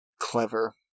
clever